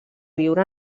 viure